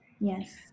Yes